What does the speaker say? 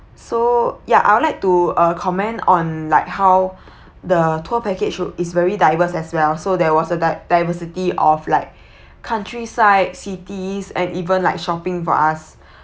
so ya I would like to uh comment on like how the tour package w~ is very diverse as well so there was a di~ diversity of like countryside cities and even like shopping for us